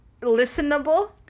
listenable